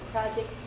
Project